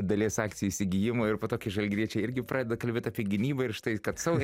dalies akcijų įsigijimo ir po to kai žalgiriečiai irgi pradeda kalbėt apie gynybą ir štai kad savo